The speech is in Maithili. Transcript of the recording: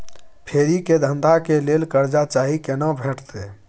फेरी के धंधा के लेल कर्जा चाही केना भेटतै?